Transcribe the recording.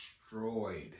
destroyed